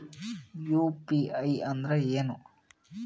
UPI ಅಂದ್ರೆ ಏನು?